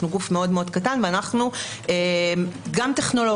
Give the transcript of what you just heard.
אנחנו גוף מאוד קטן ואנחנו גם טכנולוגית,